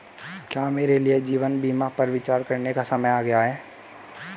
क्या मेरे लिए जीवन बीमा पर विचार करने का समय आ गया है?